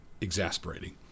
exasperating